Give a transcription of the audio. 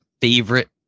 favorite